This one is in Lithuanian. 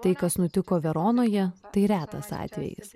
tai kas nutiko veronoje tai retas atvejis